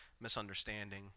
misunderstanding